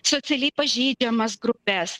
socialiai pažeidžiamas grupes